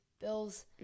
Bills